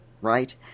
Right